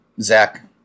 zach